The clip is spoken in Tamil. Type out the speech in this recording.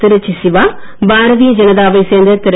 திருச்சி சிவா பாரதீய ஜனதாவை சேர்ந்த திரு